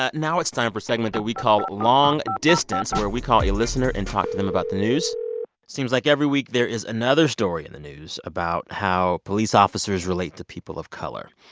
ah now it's time for a segment that we call long distance, where we call a listener and talk to them about the news seems like every week there is another story in the news about how police officers relate to people of color.